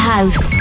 House